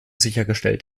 sichergestellt